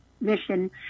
mission